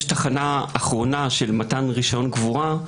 יש תחנה אחרונה של מתן רישיון קבורה,